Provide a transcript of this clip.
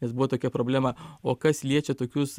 nes buvo tokia problema o kas liečia tokius